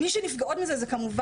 מי שנפגעות מזה אלו כמובן,